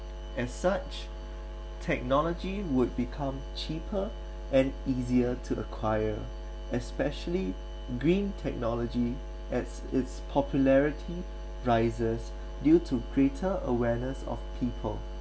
as such technology would become cheaper and easier to acquire especially green technology as its popularity rises due to greater awareness of people